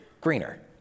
greener